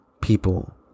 people